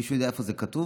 מישהו יודע איפה זה כתוב,